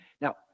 Now